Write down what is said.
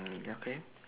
mm okay